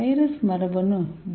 virus மரபணு D